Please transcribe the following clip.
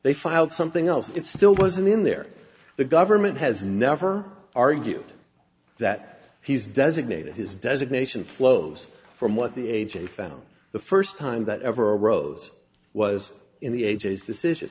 they filed something else it still wasn't in there the government has never argue that he's designated his designation flows from what the a j found the first time that ever arose was in the ages decision